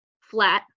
flat